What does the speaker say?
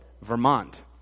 Vermont